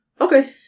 Okay